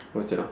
what's that ah